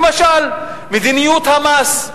למשל, מדיניות המס.